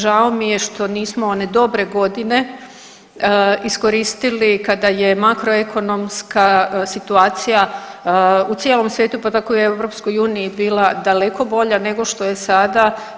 Žao mi je što nismo one dobre godine iskoristili kada je makroekonomska situacija u cijelom svijetu, pa tako i EU bila daleko bolja nego što je sada.